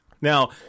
Now